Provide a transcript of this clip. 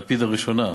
לפיד הראשונה,